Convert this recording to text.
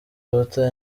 water